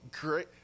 great